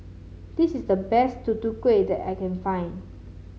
this is the best Tutu Kueh that I can find